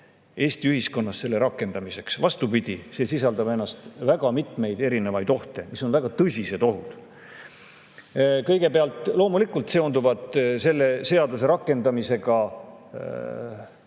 Eesti ühiskonnas seda rakendada. Vastupidi, see sisaldab endas väga mitmeid erinevaid ohte, mis on väga tõsised ohud. Kõigepealt, loomulikult seonduvad selle seaduse rakendamisega